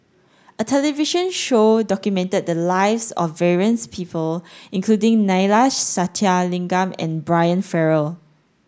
a television show documented the lives of various people including Neila Sathyalingam and Brian Farrell